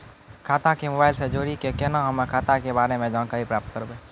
खाता के मोबाइल से जोड़ी के केना हम्मय खाता के बारे मे जानकारी प्राप्त करबे?